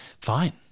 fine